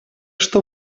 что